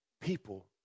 people